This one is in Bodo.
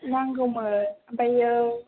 नांगौमोन ओमफ्रायो